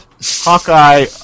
Hawkeye